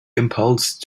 impulse